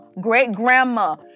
great-grandma